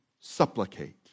supplicate